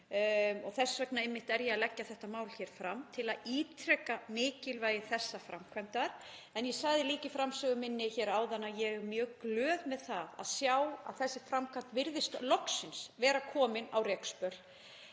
og þess vegna er ég einmitt að leggja þetta mál hér fram til að ítreka mikilvægi þessarar framkvæmdar. En ég sagði líka í framsögu minni hér áðan að ég er mjög glöð með það að sjá að þessi framkvæmd virðist loksins vera komin á rekspöl